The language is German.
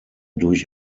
durch